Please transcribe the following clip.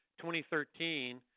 2013